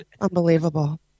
unbelievable